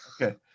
Okay